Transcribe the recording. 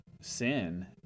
sin